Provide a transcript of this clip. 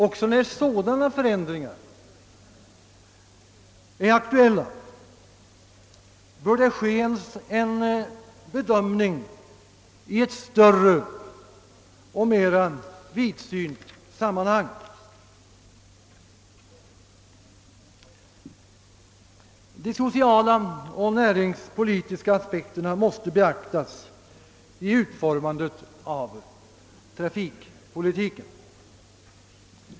Också när sådana förändringar är aktuella bör det ske en bedömning i ett större sammanhang. De sociala och näringspolitiska aspekterna måste beaktas vid utformandet av trafikpolitiken.